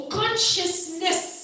consciousness